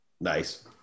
Nice